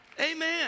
Amen